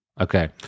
Okay